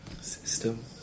System